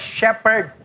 shepherd